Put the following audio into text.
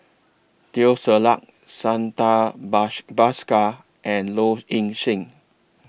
Teo Ser Luck Santha Bash Bhaskar and Low Ing Sing